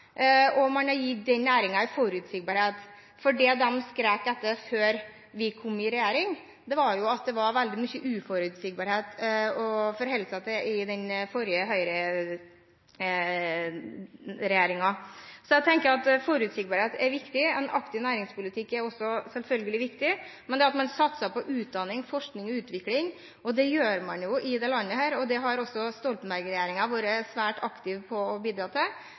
fungert. Man har lagt inn ulike tiltak, og man har gitt den næringen en forutsigbarhet. Det de skrek etter før vi kom i regjering, var at det var veldig mye uforutsigbarhet å forholde seg til i den forrige høyreregjeringen. Jeg tenker at forutsigbarhet er viktig. En aktiv næringspolitikk er også selvfølgelig viktig, men det at man satser på utdanning, forskning og utvikling, og det gjør man i dette landet, har også Stoltenberg-regjeringen vært svært aktiv på å bidra til